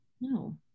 No